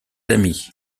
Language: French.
amis